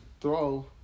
throw